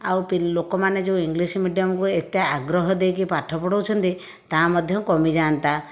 ଆଉ ଲୋକମାନେ ଯେଉଁ ଇଂଲିଶି ମିଡ଼ିଅମକୁ ଏତେ ଆଗ୍ରହ ଦେଇକି ପାଠ ପଢ଼ଉଛନ୍ତି ତା' ମଧ୍ୟ କମିଯାଆନ୍ତା